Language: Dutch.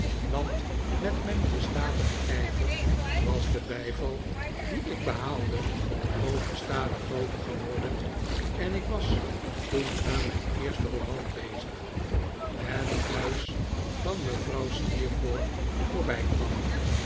want met mijn gestadigen ijver was de bijval dien ik behaalde ook gestadig grooter geworden en ik was toen aan mijn eersten roman bezig het huis van mevrouw steerforth voorbijkwanl